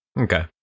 Okay